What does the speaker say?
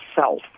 self